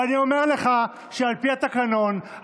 ואני אומר לך שעל פי התקנון,